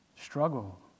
struggle